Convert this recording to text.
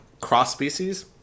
cross-species